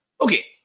Okay